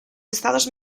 estados